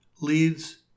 leads